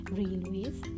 railways